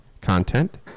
content